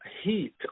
heat